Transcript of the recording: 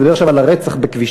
אני מדבר עכשיו על הרצח בכבישים,